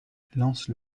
lance